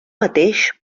mateix